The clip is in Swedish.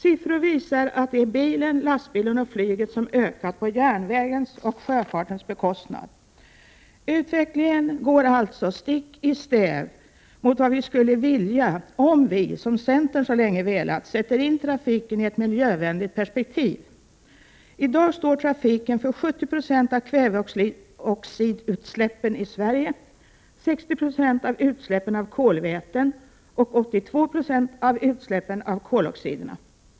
Siffror visar att det är bilen, lastbilen och flyget som har ökat på järnvägens och sjöfartens bekostnad. Utvecklingen går alltså stick i stäv mot vad vi skulle vilja, om vi, som centern så länge har velat göra, sätter in trafiken i ett miljövänligt perspektiv. I dag står trafiken för 70 70 av kväveoxidutsläppen i Sverige, 60 96 av utsläppen av kolväten och 82 20 av utsläppen av koloxider.